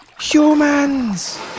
Humans